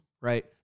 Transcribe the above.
right